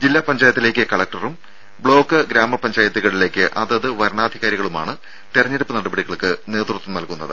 ജില്ലാ പഞ്ചായത്തിലേക്ക് കലക്ടറും ബ്ലോക്ക് ഗ്രാമ പഞ്ചായത്തുകളിലേക്ക് അതത് വരണാധികാരികളുമാണ് തിരഞ്ഞെടുപ്പ് നടപടികൾക്ക് നേതൃത്വം നൽകുക